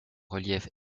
relief